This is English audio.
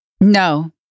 No